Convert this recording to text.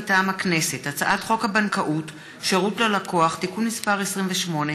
מטעם הכנסת: הצעת חוק הבנקאות (שירות ללקוח) (תיקון מס' 28)